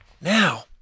now